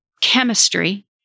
chemistry